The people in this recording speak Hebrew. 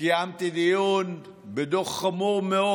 קיימתי דיון בדוח חמור מאוד